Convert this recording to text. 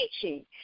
teaching